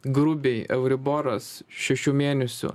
grubiai euriboras šešių mėnesių